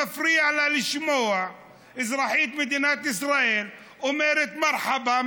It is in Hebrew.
מפריע לה לשמוע אזרחית מדינת ישראל אומרת "מרחבא",